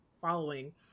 following